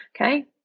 okay